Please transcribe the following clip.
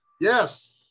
yes